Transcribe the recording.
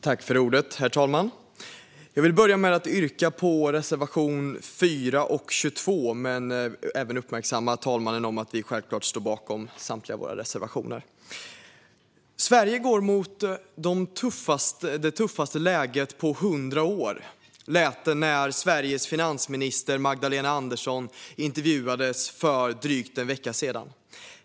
Herr talman! Jag vill börja med att yrka bifall till reservationerna 4 och 22 men även uppmärksamma herr talmannen på att vi självfallet står bakom samtliga våra reservationer. "Sverige går mot tuffaste läget på hundra år." Så lät det när Sveriges finansminister Magdalena Andersson intervjuades för drygt en vecka sedan.